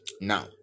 Now